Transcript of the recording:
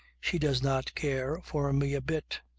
she does not care for me a bit.